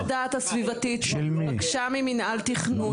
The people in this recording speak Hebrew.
חוות הדעת הסביבתית הוגשה למנהל תכנון,